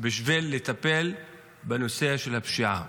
בשביל לטפל בנושא של הפשיעה?